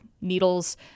needles